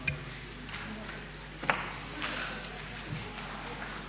Hvala vam